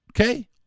okay